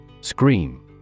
Scream